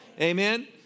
Amen